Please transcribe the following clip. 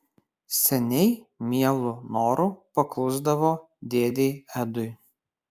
seniai mielu noru paklusdavo dėdei edui